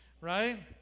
right